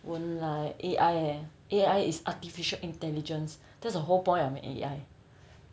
won't lah A_I eh A_I is artificial intelligence that's the whole point of an A_I